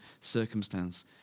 circumstance